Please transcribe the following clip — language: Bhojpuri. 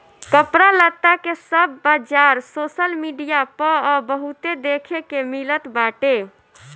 कपड़ा लत्ता के सब बाजार सोशल मीडिया पअ बहुते देखे के मिलत बाटे